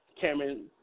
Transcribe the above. Cameron –